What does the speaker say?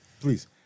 Please